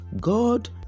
God